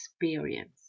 experience